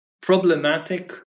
problematic